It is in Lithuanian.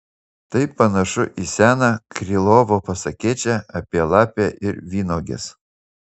tai panašu į seną krylovo pasakėčią apie lapę ir vynuoges